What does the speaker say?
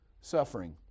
suffering